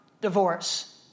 divorce